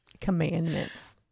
Commandments